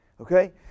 Okay